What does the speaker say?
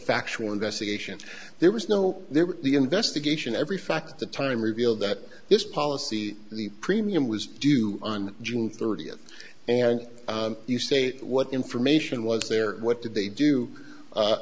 factual investigation there was no there were the investigation every fact the time revealed that this policy the premium was due on june thirtieth and you say what information was there what did they do